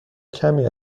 کمی